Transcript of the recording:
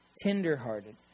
tenderhearted